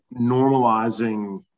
normalizing